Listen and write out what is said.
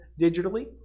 digitally